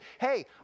hey